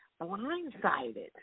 blindsided